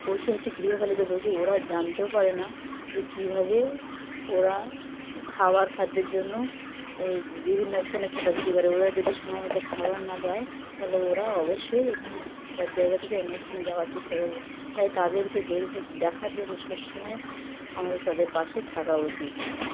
পশু হচ্ছে গৃহপালিত পশু ওরা জানতেও পারে না যে কীভাবে ওরা খাবার খাদ্যের জন্য এই বিভিন্ন স্থানে ছোটাছুটি করে ওরা যদি সময় মতো খাবার না পায় তাহলে ওরা অবশ্যই এখান এক জায়গা থেকে অন্য স্থানে যাওয়ার চেষ্টা করবে তাই তাদেরকে দেখ দেখার জন্য সবসময় আমাদের তাদের পাশে থাকা উচিত